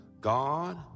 God